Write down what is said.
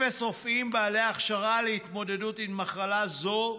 אפס רופאים בעלי הכשרה להתמודדות עם מחלה זו.